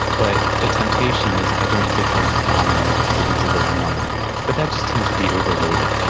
but the temptation is, if i don't use the term nominal, is to use the word normal, but that just tends to be overloaded.